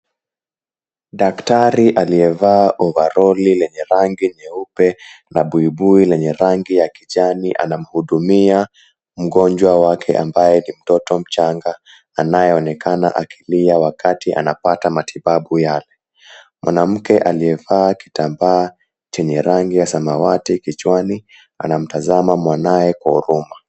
Daktari aliyevaa ovaroli lenye rangi nyeupe na buibui lenye rangi ya kijani, anamhudumia mgonjwa wake, ambaye ni mtoto mchanga anayoonekana akilia wakati anapata matibabu yale. Mwanamke aliyevaa kitambaa chenye rangi ya samawati kichwani anamtazama mwanaye kwa huruma.